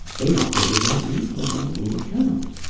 they often would not leave them on any account.